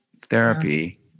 therapy